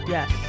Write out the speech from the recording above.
Yes